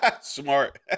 Smart